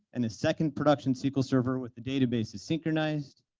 and a second production sql server with the database's synchronized